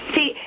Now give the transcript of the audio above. See